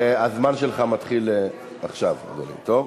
אז הזמן שלך מתחיל עכשיו, אדוני, טוב?